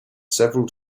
several